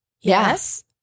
Yes